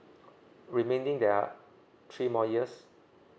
remaining there are three more years